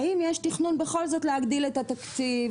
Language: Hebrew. האם יש תכנון בל זאת להגדיל את התקציב?